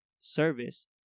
service